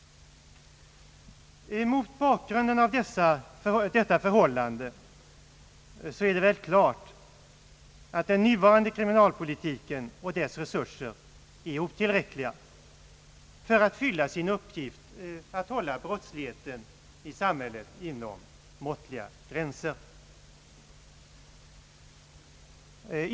Mot bakgrunden av detta förhållande är det väl klart att den nuvarande kriminalpolitiken och dess resurser är otillräckliga för att fylla sin uppgift att hålla brottsligheten i samhället inom måttliga gränser.